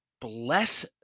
bless